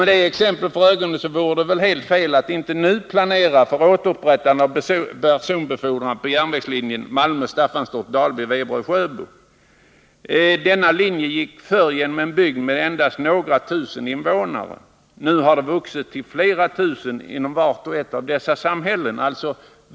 Med detta exempel för ögonen vore det helt fel att inte nu planera för återupprättande av personbefordran på järnvägslinjen Malmö-Staffanstorp, Dalby, Veberöd och Sjöbo. Denna linje gick förr genom en bygd med endast några tusen invånare. Nu har invånarantalet vuxit till flera tusen inom vart och ett av dessa samhällen.